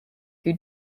who